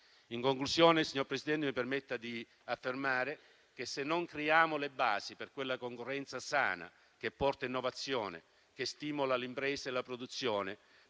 In conclusione, signor Presidente, mi permetta di affermare che, se non creiamo le basi per quella concorrenza sana che porta innovazione e stimola l'impresa e la produzione,